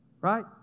Right